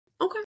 okay